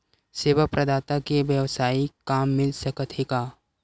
सेवा प्रदाता के वेवसायिक काम मिल सकत हे का?